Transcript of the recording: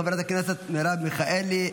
חברת הכנסת מירב מיכאלי,